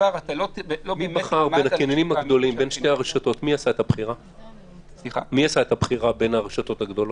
מי עשה את הבחירה בין הרשתות הגדולות?